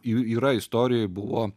yra istorijoj buvo